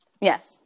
yes